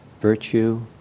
Virtue